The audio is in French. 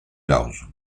large